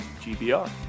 GBR